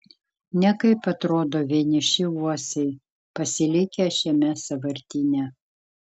nekaip atrodo vieniši uosiai pasilikę šiame sąvartyne